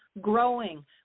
growing